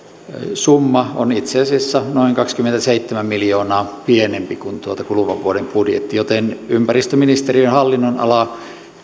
summa on itse asiassa noin kaksikymmentäseitsemän miljoonaa pienempi kuin tuossa kuluvan vuoden budjetissa joten ympäristöministeriön hallinnonala